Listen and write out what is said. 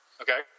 Okay